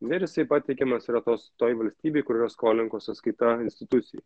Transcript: na ir jisai pateikiamas yra tos toj valstybėj kurioj yra skolininko sąskaita institucijai